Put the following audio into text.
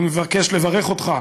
אני מבקש לברך אותך,